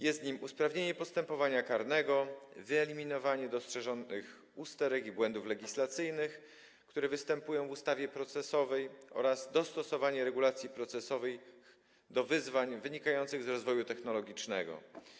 Jest nim usprawnienie postępowania karnego, wyeliminowanie dostrzeżonych usterek i błędów legislacyjnych, które występują w ustawie procesowej, oraz dostosowanie regulacji procesowych do wyzwań wynikających z rozwoju technologicznego.